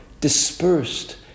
dispersed